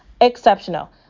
Exceptional